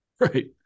Right